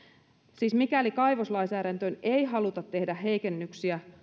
siis mikäli kaivoslainsäädäntöön ei haluta tehdä heikennyksiä